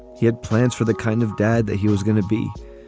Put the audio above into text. he had plans for the kind of dad that he was going to be.